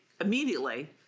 immediately